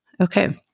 okay